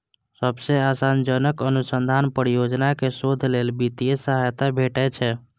सबसं आशाजनक अनुसंधान परियोजना कें शोध लेल वित्तीय सहायता भेटै छै